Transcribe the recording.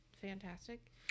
fantastic